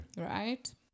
right